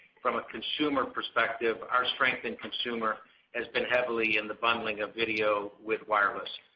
from a consumer perspective, our strength in consumer has been heavily in the bundling of video with wireless.